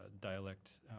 dialect